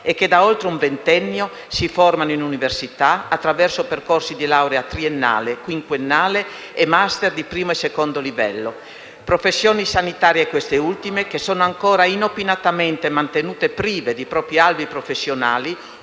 e che, da oltre un ventennio, si formano in università attraverso percorsi di laurea triennale, quinquennale e *master* di primo e secondo livello. Queste ultime professioni sanitarie, peraltro, sono ancora inopinatamente mantenute prive di propri albi professionali,